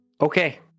Okay